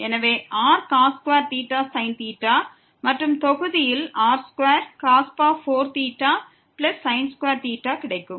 எனவே r sin மற்றும் தொகுதியில் r2 கிடைக்கும்